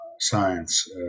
science